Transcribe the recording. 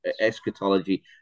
Eschatology